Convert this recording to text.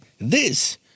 This